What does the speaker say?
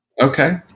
Okay